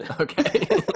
okay